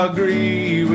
Agree